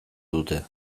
dute